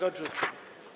odrzucił.